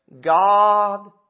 God